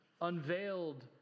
unveiled